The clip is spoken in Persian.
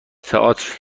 تئاتر